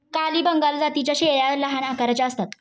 काली बंगाल जातीच्या शेळ्या लहान आकाराच्या असतात